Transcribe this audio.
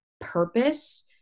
purpose